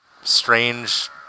strange